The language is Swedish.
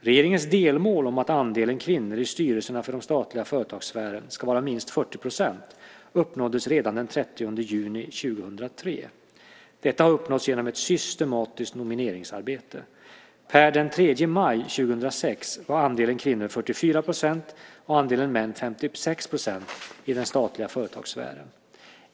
Regeringens delmål om att andelen kvinnor i styrelserna för den statliga företagssfären ska vara minst 40 % uppnåddes redan den 30 juni 2003. Detta har uppnåtts genom ett systematiskt nomineringsarbete. Per den 3 maj 2006 var andelen kvinnor 44 % och andelen män 56 % i den statliga företagssfären.